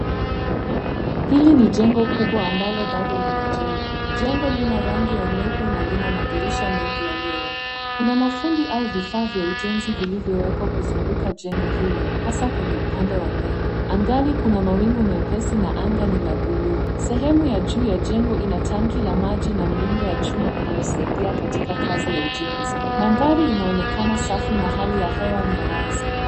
Hili ni jengo kubwa ambalo bado linajengwa. Jengo lina rangi ya nyeupe na lina madirisha mengi yaliyowekwa. Kuna mafundi au vifaa vya ujenzi vilivyowekwa kuzunguka jengo hilo hasa kwenye upande wa mbele. Angani kuna mawingu mepesi na anga ni la buluu. Sehemu ya juu ya jengo ina tanki la maji na miundo ya chuma inayosaidia katika kazi ya ujenzi. Mandhari inaonekana safi na haki ya hewa ni ya wazi.